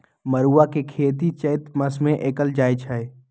मरुआ के खेती चैत मासमे कएल जाए छै